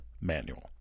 manual